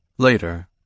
later